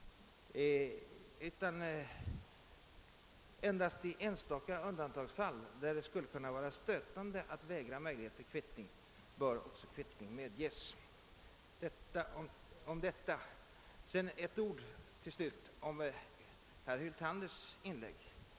Endast i enstaka undantagsfall, där det skulle kunna vara stötande att vägra möjlighet till kvittning, bör också kvittning medges. — Detta om detta. Till slut ett ord om herr Hyltanders inlägg.